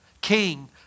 king